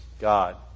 God